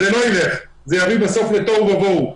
זה לא ילך, זה יביא בסוף לתוהו ובוהו.